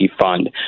fund